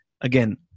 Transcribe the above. again